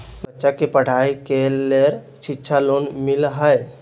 बच्चा के पढ़ाई के लेर शिक्षा लोन मिलहई?